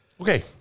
Okay